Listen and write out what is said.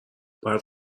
باید